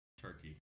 Turkey